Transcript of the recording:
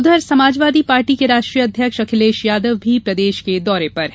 उधर समाजवादी पार्टी के राष्ट्रीय अध्यक्ष अखिलेश यादव भी प्रदेश के दौरे पर हैं